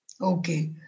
Okay